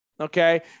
Okay